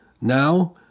Now